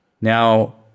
Now